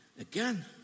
again